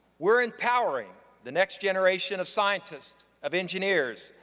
we're empowering the next generation of scientists, of engineers,